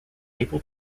able